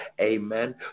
Amen